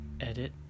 edit